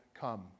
come